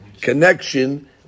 connection